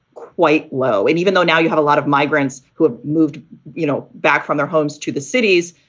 quite low. and even though now you had a lot of migrants who have moved you know back from their homes to the cities,